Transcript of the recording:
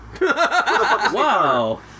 Wow